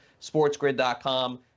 SportsGrid.com